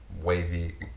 wavy